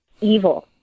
evil